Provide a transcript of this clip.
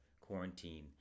quarantine